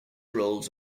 rolls